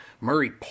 Murray